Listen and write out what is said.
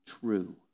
true